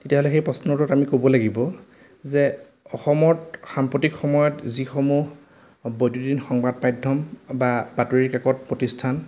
তেতিয়াহ'লে সেই প্ৰশ্নটোৰ উত্তৰত আমি ক'ব লাগিব যে অসমত সাম্প্ৰতিক সময়ত যিসমূহ বৈদ্যুতিন সংবাদ পাঠ্যম বা বাতৰিকাকত প্ৰতিষ্ঠান